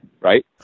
right